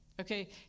okay